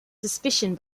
suspicion